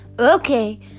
Okay